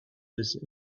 this